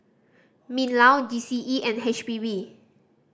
MinLaw G C E and H P B